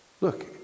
Look